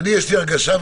יש לי הרגשה,